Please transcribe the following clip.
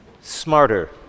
smarter